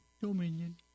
Dominion